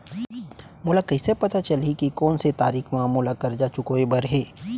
मोला कइसे पता चलही के कोन से तारीक म मोला करजा चुकोय बर हे?